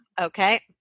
Okay